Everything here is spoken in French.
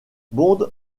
bond